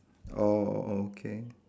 oh okay